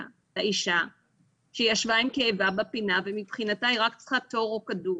לאשה שישבה עם כאבה בפינה ומבחינתה היא רק צריכה תור או כדור.